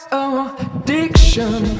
addiction